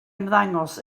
ymddangos